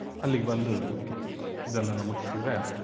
ಅಲ್ಲಿಗೆ ಬಂದು ಇದನ್ನೆಲ್ಲ ಮುಟ್ಟಿಸಿದ್ರೆ